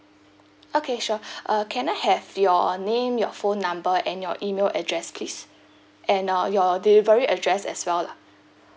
okay sure uh can I have your name your phone number and your email address please and uh your delivery address as well lah